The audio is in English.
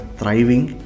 thriving